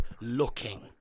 looking